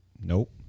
Nope